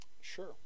Sure